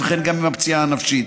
וגם עם הפציעה הנפשית.